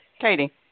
Katie